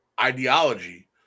ideology